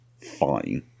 fine